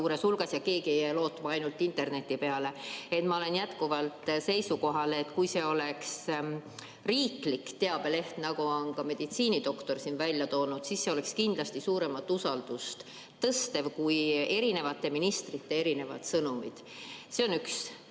hulgas, keegi ei jää lootma ainult interneti peale. Ma olen jätkuvalt seisukohal, et kui oleks riiklik teabeleht, nagu on ka meditsiinidoktor välja [pakkunud], siis see [ärataks] kindlasti suuremat usaldust kui erinevate ministrite erinevad sõnumid. See on üks